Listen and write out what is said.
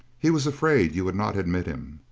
he was afraid you would not admit him.